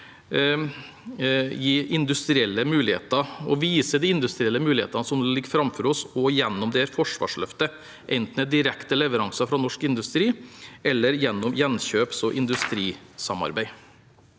og vise de industrielle mulighetene som ligger framfor oss også gjennom dette forsvarsløftet, enten ved direkte leveranser fra norsk industri eller gjennom gjenkjøps- og industrisamarbeid.